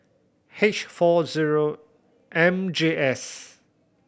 H four zero M J S